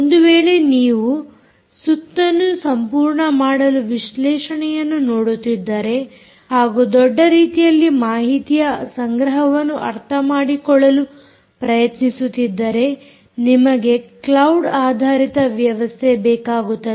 ಒಂದು ವೇಳೆ ನೀವು ಸುತ್ತನ್ನು ಸಂಪೂರ್ಣ ಮಾಡಲು ವಿಶ್ಲೇಷಣೆಯನ್ನು ನೋಡುತ್ತಿದ್ದರೆ ಹಾಗೂ ದೊಡ್ಡ ರೀತಿಯಲ್ಲಿ ಮಾಹಿತಿಯ ಸಂಗ್ರಹವನ್ನು ಅರ್ಥ ಮಾಡಿಕೊಳ್ಳಲು ಪ್ರಯತ್ನಿಸುತ್ತಿದ್ದರೆ ನಿಮಗೆ ಕ್ಲೌಡ್ ಆಧಾರಿತ ವ್ಯವಸ್ಥೆ ಬೇಕಾಗುತ್ತದೆ